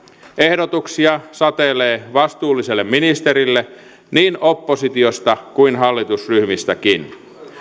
ehdotuksia satelee vastuulliselle ministerille niin oppositiosta kuin hallitusryhmistäkin